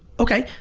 okay.